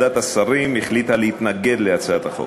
ועדת השרים החליטה להתנגד להצעת החוק.